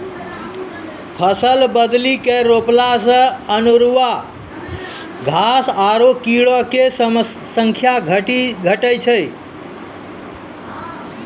फसल बदली के रोपला से अनेरूआ घास आरु कीड़ो के संख्या घटै छै